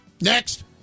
Next